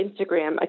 Instagram